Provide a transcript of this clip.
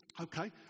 Okay